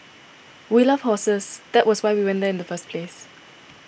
we love horses that was why we went there in the first place